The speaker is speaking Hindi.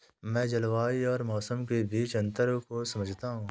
मैं जलवायु और मौसम के बीच अंतर को समझता हूं